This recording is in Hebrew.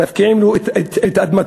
מפקיעים לו את אדמתו,